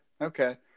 Okay